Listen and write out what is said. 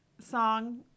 song